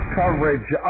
coverage